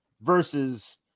versus